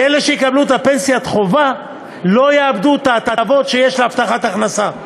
שאלה שיקבלו את פנסיית החובה לא יאבדו את ההטבות שיש להבטחת הכנסה: